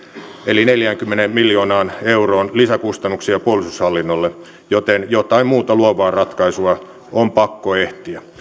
eli neljäänkymmeneen miljoonaan euroon lisäkustannuksia puolustushallinnolle joten jotain muuta luovaa ratkaisua on pakko keksiä